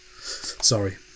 sorry